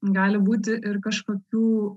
gali būti ir kažkokių